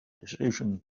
decisions